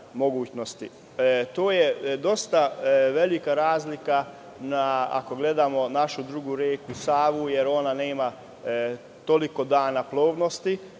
To je dosta velika razlika ako gledamo našu drugu reku Savu, jer ona nema toliko dana plovnosti,